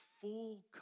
full